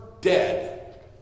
dead